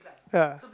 ya